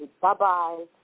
Bye-bye